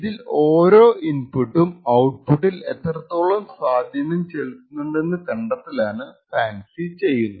ഇതിൽ ഓരോ ഇൻപുട്ടും ഔട്പുട്ടിൽ എത്രെതോളം സ്വാധീനം ചെലുത്തുന്നുണ്ടെന്നു കണ്ടെത്തലാണ് ഫാൻസി ചെയ്യുന്നത്